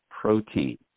protein